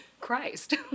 Christ